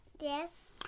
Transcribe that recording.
Yes